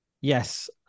Yes